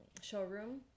showroom